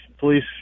police